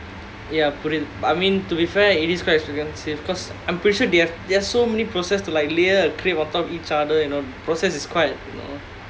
but I mean to be fair it is quite expensive because I'm pretty sure they have there are so many process to like layer the crepe on top of each other you know process is quite you know